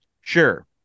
Sure